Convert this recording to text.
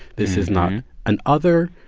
this is not an other.